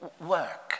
work